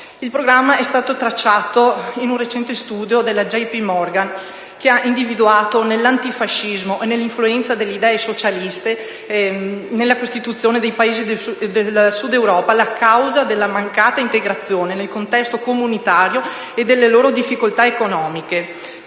Il programma è stato tracciato in un recente studio della JP Morgan, che ha individuato nell'antifascismo e nell'influenza delle idee socialiste nelle Costituzioni dei Paesi del Sud Europa la causa della loro mancata integrazione nel contesto comunitario e delle loro difficoltà economiche.